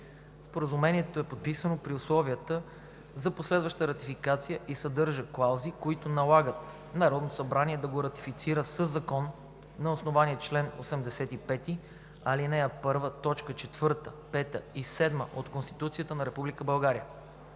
Споразумението е подписано при условията за последваща ратификация и съдържа клаузи, които налагат Народното събрание да го ратифицира със закон на основание чл. 85, ал. 1, т. 4, 5 и 7 от Конституцията на